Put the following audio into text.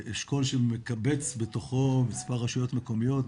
אשכול שמקבץ בתוכו מספר רשויות מקומיות,